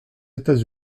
etats